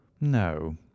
no